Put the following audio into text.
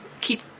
keep